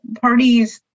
parties